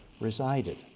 resided